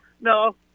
no